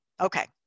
Okay